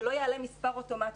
שלא יעלה מספר אוטומטי.